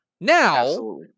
Now